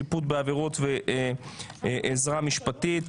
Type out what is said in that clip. שיפוט בעבירות ועזרה משפטית),